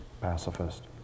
pacifist